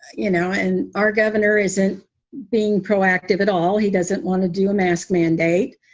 you know, and our governor isn't being proactive at all. he doesn't want to do a mask mandate,